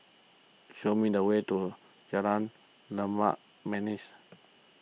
show me the way to Jalan Limau Manis